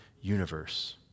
universe